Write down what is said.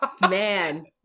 man